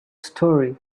story